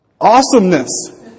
awesomeness